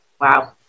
Wow